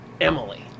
Emily